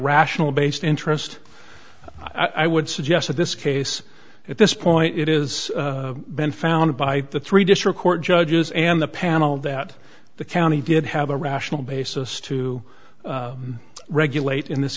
rational based interest i would suggest that this case at this point it is been found by the three district court judges and the panel that the county did have a rational basis to regulate in this